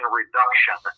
reduction